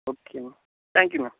okay ma'am thank you ma'am